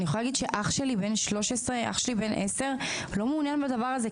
אחי בן 13 ואחי בן 10 לא מעוניינים בדבר הזה.